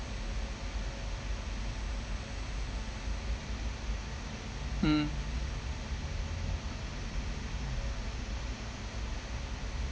mm